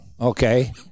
okay